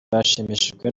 bashimishijwe